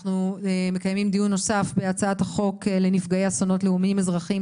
מקיימים דיון נוסף בהצעת החוק לנפגעי אסונות לאומיים אזרחיים,